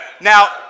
Now